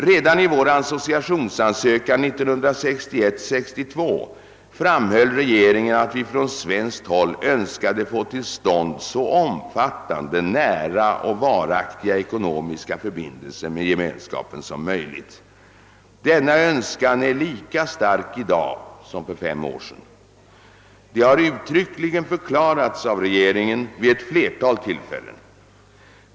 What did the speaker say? Redan i vår associationsansökan 1961—1962 framhöll regeringen att vi från svenskt håll önskade få till stånd så omfattande, nära och varaktiga ekonomiska förbindelser med Gemenskapen som möjligt. Denna önskan är lika stark i dag som för fem år sedan. Det har uttryckligen förklarats av regeringen vid ett flertal tillfällen.